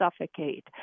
suffocate